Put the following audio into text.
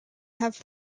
have